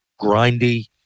grindy